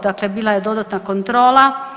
Dakle, bila je dodatna kontrola.